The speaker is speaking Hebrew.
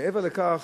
מעבר לכך,